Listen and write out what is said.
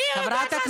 אני לא יודעת להסביר,